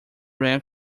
ran